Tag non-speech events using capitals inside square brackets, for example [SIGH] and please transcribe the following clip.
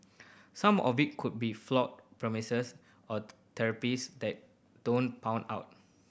some of it could be flawed premises or [UNINTELLIGIBLE] theories that don't pan out